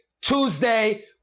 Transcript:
Tuesday